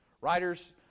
Writers